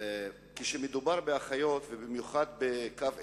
כשמדובר באחיות, ובמיוחד בקו עימות,